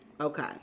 Okay